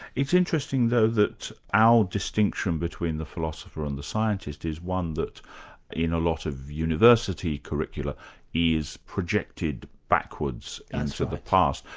it's interesting though, that our distinction between the philosopher and the scientist is one that in a lot of university curricula is projected backwards into and sort of the past.